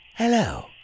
Hello